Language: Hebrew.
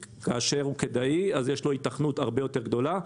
כאשר הוא כדאי יש לו היתכנות הרבה יותר גדולה,